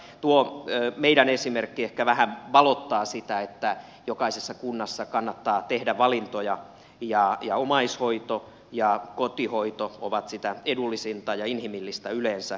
mutta tuo meidän esimerkkimme ehkä vähän valottaa sitä että jokaisessa kunnassa kannattaa tehdä valintoja ja omaishoito ja kotihoito ovat sitä edullisinta ja inhimillistä yleensä